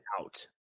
out